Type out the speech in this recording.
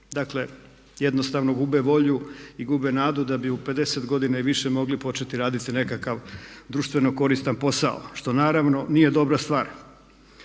Dakle, jednostavno gube volju i gube nadu da bi u 50 godina i više mogli početi raditi nekakav društveno koristan posao. Što naravno nije dobra stvar.